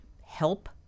help